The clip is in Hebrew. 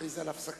מכריז על הפסקה,